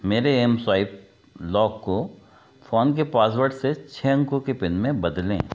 मेरे M swipe lock को phone के पासवर्ड से छः अंको के पिन में बदलें